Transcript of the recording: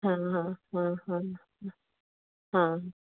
हाँ हाँ हाँ हाँ हाँ हाँ